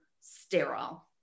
sterile